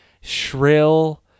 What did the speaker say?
shrill